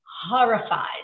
horrified